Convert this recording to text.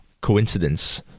coincidence